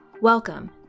Welcome